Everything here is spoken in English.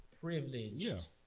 Privileged